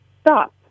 Stop